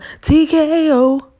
TKO